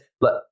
look